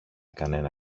κανένα